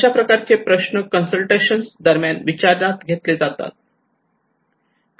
अशा प्रकारचे प्रश्न कन्सलटेशन्स दरम्यान विचारात घेतले जातात